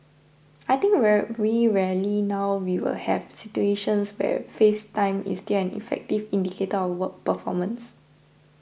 I think very rarely now we will have situations where face time is still an effective indicator of work performance